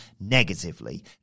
negatively